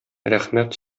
рәхмәт